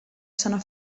sana